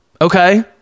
okay